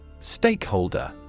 Stakeholder